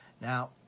Now